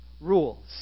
rules